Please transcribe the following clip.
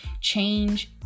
Change